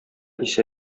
исә